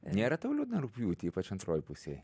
nėra tau liūdna rugpjūtį ypač antroj pusėj